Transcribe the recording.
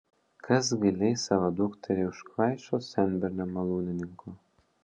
kas gi leis savo dukterį už kvaišo senbernio malūnininko